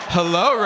Hello